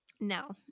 No